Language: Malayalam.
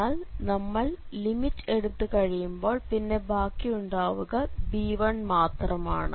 എന്നാൽ നമ്മൾ ലിമിറ്റ് എടുത്തു കഴിയുമ്പോൾ പിന്നെ ബാക്കിയുണ്ടാവുക b1മാത്രമാണ്